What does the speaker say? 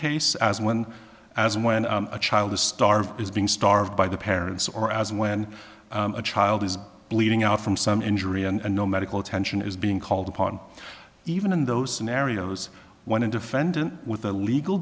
case as when as when a child is starved is being starved by the parents or as when a child is bleeding out from some injury and no medical attention is being called upon even in those scenarios one a defendant with a legal